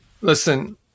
Listen